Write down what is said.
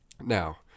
Now